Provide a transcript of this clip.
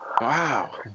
Wow